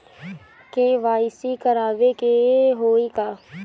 KYC करावे के होई का?